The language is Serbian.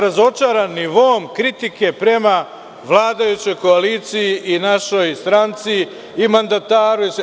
Razočaran sam nivoom kritike prema vladajućoj koaliciji i našoj stranci i mandataru.